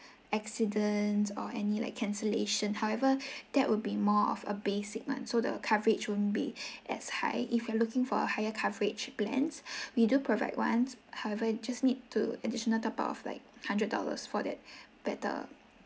accidents or any like cancellation however that would be more of a basic one so the coverage won't be as high if you are looking for a higher coverage plans we do provide one however just need to additional top up of like hundred dollars for that with a